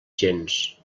gens